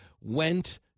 went